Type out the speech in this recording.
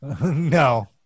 No